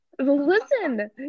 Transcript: Listen